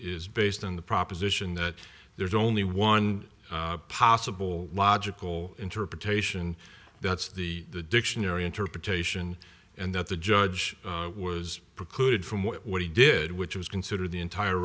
is based on the proposition that there's only one possible logical interpretation that's the dictionary interpretation and that the judge was precluded from what he did which was consider the entire